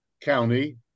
county